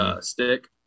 stick